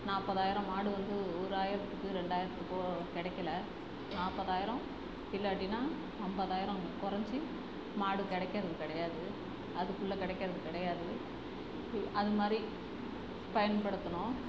நாற்பதாயிரம் மாடு வந்து ஒரு ஆயிரத்துக்கு ரெண்டாயிரத்துக்கோ கிடைக்கல நாற்பதாயிரம் இல்லாட்டின்னால் ஐம்பதாயிரம் குறஞ்சி மாடு கிடைக்கறது கிடையாது அதுக்குள்ள கிடைக்கறது கிடையாது அது மாதிரி பயன்படுத்தணும்